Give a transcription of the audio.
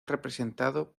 representado